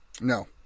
No